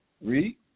Read